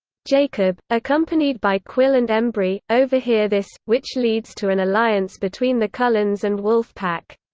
jacob, accompanied by quil and embry, overhear this, which leads to an alliance between the cullens and wolf pack.